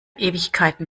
ewigkeiten